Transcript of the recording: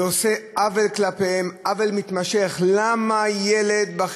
זה עושה עוול כלפיהם, עוול מתמשך.